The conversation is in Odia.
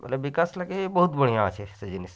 ହେଲେ ବିକାଶ ଲାଗି ବହୁତ ବଢ଼ିଆ ଅଛି ସେ ଜିନିଷ୍